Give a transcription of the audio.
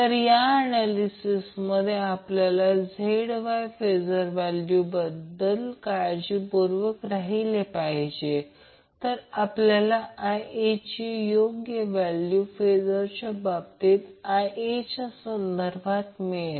तर या ऍनॅलिसिसमध्ये आपल्याला ZYफेजर व्हॅल्यूबाबत काळजीपूर्वक राहिले पाहिजे तर आपल्याला Ia ची योग्य व्हॅल्यू फेजरच्या बाबतीत Va च्या संदर्भाने मिळेल